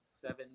seven